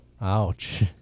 ouch